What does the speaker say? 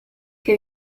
que